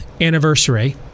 anniversary